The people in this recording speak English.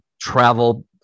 travel